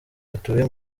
batuye